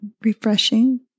refreshing